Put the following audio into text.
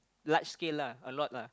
large scale lah a lot lah